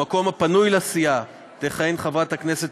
במקום הפנוי לסיעה תכהן חברת הכנסת